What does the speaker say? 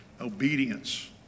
obedience